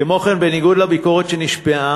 כמו כן, בניגוד לביקורת שנשמעה,